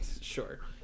Sure